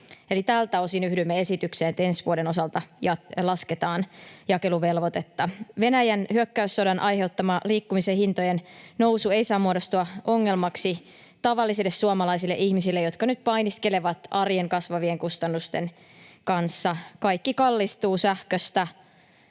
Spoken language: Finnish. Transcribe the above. eli tältä osin yhdymme esitykseen, että ensi vuoden osalta lasketaan jakeluvelvoitetta. Venäjän hyökkäyssodan aiheuttama liikkumisen hintojen nousu ei saa muodostua ongelmaksi tavallisille suomalaisille ihmisille, jotka nyt painiskelevat arjen kasvavien kustannusten kanssa. Kaikki kallistuu sähköstä